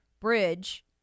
bridge